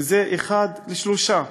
כי זה אחד לשלושה.